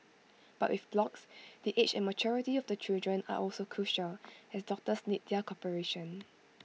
but with blocks the age and maturity of the children are also crucial as doctors need their cooperation